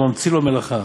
או ממציא לו מלאכה